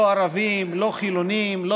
לא נגד ערבים,